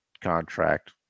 contract